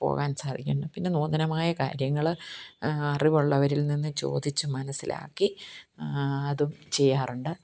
പോകാന് സാധിക്കുന്നു പിന്നെ നൂതനമായ കാര്യങ്ങൾ അറിവുള്ളവരില് നിന്ന് ചോദിച്ച് മനസ്സിലാക്കി അതും ചെയ്യാറുണ്ട്